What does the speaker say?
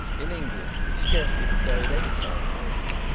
in english that scarcely betrayed any foreign origin,